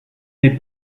n’est